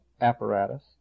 apparatus